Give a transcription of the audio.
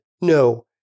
No